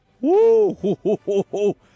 Woo